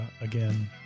again